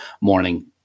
morning